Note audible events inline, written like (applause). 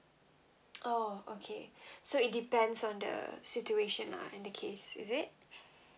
oh okay (breath) so it depends on the situation ah in the case is it